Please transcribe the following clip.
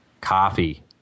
coffee